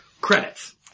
Credits